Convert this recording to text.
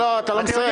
אתה לא מסיים.